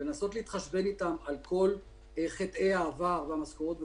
ולנסות להתחשבן איתן על כל חטאי העבר והמשכורות וכו',